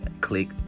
click